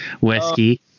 whiskey